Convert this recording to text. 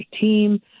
team